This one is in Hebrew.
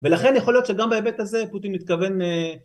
ולכן יכול להיות שגם בהיבט הזה פוטין מתכוון